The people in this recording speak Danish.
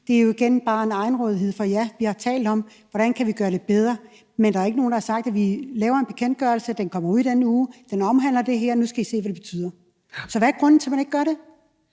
bare er udtryk for en egenrådighed hos regeringen. Vi har talt om, hvordan vi kan gøre det bedre, men der er ikke nogen, der har sagt til os: Vi laver en bekendtgørelse, den kommer ud i den uge, den omhandler det her, og nu skal I se, hvad det betyder. Så hvad er grunden til, at man ikke gør det?